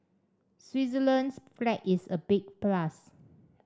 switzerland's flag is a big plus